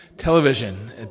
Television